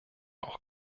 auch